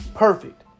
Perfect